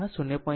2 0